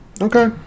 okay